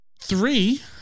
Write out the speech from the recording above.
three